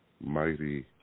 Mighty